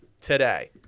today